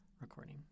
recording